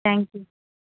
thank you